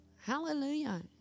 Hallelujah